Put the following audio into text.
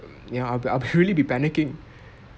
ya I'll be I'll be really be panicking